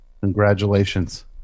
Congratulations